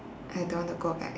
I don't want to go back